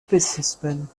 businessman